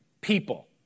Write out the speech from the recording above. people